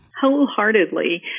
Wholeheartedly